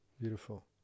Beautiful